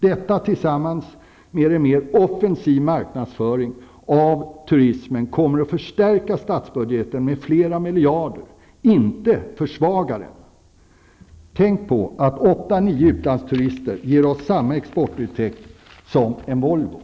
Detta tillsammans med en mer offensiv marknadsföring av turismen kommer att förstärka statsbudgeten med flera miljarder, inte försvaga den. Tänk på att åtta nio utlandsturister ger oss samma exportintäkter som en Volvo.